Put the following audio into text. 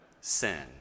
sin